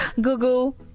Google